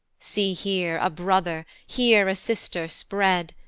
see here a brother, here a sister spread,